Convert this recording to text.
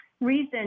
reason